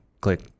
click